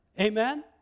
Amen